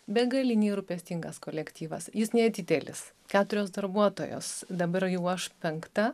begaliniai rūpestingas kolektyvas jis nedidelis keturios darbuotojos dabar jau aš penkta